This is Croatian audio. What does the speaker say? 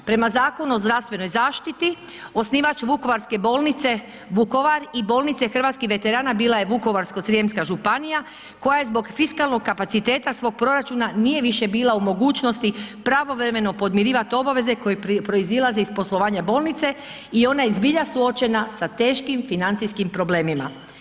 Prema Zakonu o zdravstvenoj zaštiti, osnivač vukovarske Bolnice Vukovar i Bolnica hrvatskih veterana bila je Vukovarsko-srijemska županija, koja je zbog fiskalnog kapaciteta svog proračuna, nije više bila u mogućnosti pravovremeno podmirivati obaveze koje proizilaze iz poslovanja bolnice i ona je zbilja suočena sa teškim financijskim problemima.